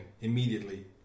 immediately